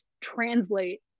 translate